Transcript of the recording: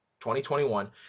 2021